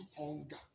hunger